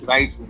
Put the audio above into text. Right